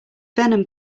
venom